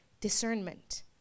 discernment